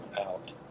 out